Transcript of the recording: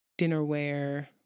dinnerware